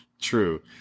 true